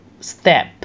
Step